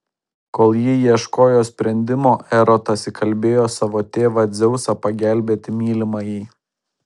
kol ji ieškojo sprendimo erotas įkalbėjo savo tėvą dzeusą pagelbėti mylimajai